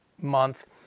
month